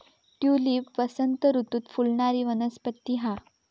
tulip वसंत ऋतूत फुलणारी वनस्पती हा